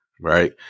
right